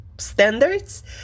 standards